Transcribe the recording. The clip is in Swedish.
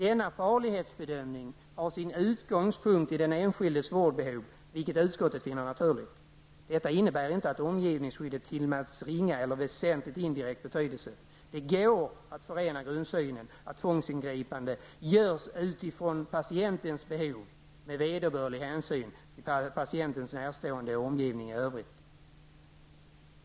Denna farlighetsbedömning har sin utgångspunkt i den enskildes vårdbehov, vilket utskottet finner naturligt. Detta innebär inte att omgivningsskyddet tillmäts ringa eller väsentlig indirekt betydelse. Det går att förena grundsynen att tvångsingripande görs utifrån patientens behov med vederbörlig hänsyn till patientens närstående och omgivning i övrigt.